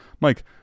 Mike